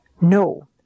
No